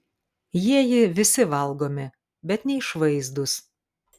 jieji visi valgomi bet neišvaizdūs